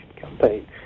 campaign